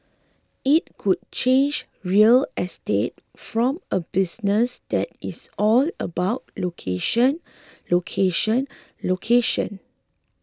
it could change real estate from a business that is all about location location location